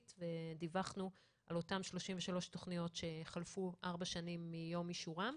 ודיווחנו על אותן 33 תכניות שחלפו ארבע שנים מיום אישורן,